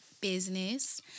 business